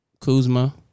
Kuzma